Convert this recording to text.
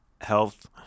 health